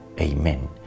Amen